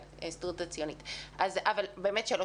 שלוש